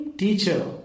Teacher